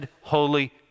Holy